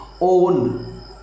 own